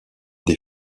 des